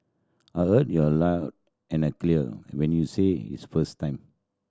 I heard you aloud and I clear when you said its first time